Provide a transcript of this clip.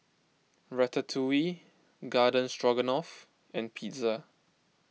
Ratatouille Garden Stroganoff and Pizza